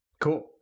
cool